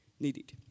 needed